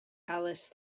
alice